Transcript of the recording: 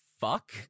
fuck